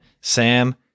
Sam